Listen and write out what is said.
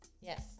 Yes